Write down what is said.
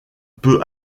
peu